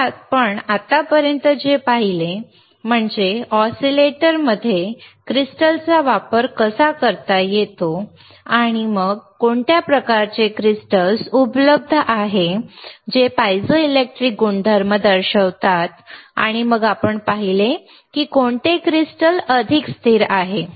तर आपण आत्तापर्यंत जे पाहिले ते म्हणजे ऑसीलेटर मध्ये क्रिस्टल्सचा वापर कसा करता येतो आणि मग कोणत्या प्रकारचे क्रिस्टल्स उपलब्ध आहेत जे पायझोइलेक्ट्रिक गुणधर्म दर्शवतात आणि मग आपण पाहिले की कोणते क्रिस्टल अधिक स्थिर आहे